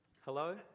Hello